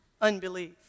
unbelief